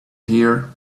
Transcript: here